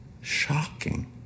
shocking